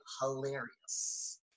hilarious